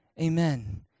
Amen